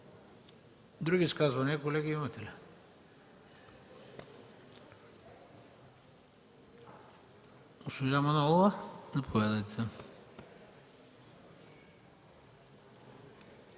Други изказвания, колеги, имате ли?